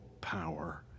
power